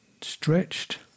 stretched